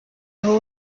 aho